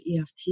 EFT